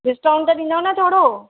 discount त ॾींदा न थोरो